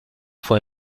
fue